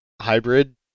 hybrid